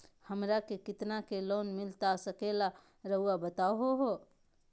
हमरा के कितना के लोन मिलता सके ला रायुआ बताहो?